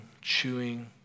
chewing